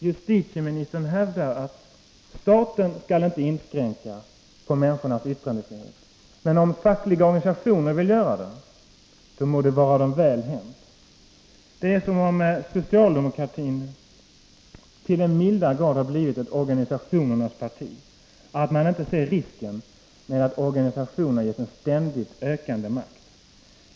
Justitieministern hävdar att staten inte skall inskränka människornas yttrandefrihet; men om fackliga organisationer vill göra det, må det vara dem väl unt! Det är som om socialdemokraterna till den milda grad har blivit ett organisationernas parti, att man inte ser risken när organisationerna ges en ständigt ökande makt.